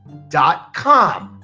dot com.